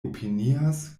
opinias